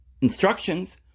instructions